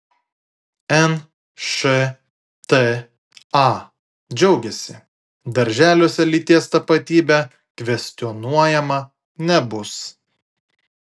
nšta džiaugiasi darželiuose lyties tapatybė kvestionuojama nebus